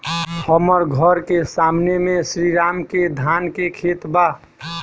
हमर घर के सामने में श्री राम के धान के खेत बा